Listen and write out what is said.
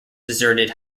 deserted